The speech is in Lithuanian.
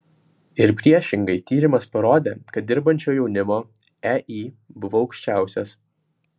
ir priešingai tyrimas parodė kad dirbančio jaunimo ei buvo aukščiausias